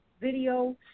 video